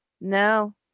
No